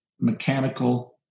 mechanical